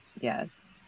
Yes